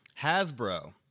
Hasbro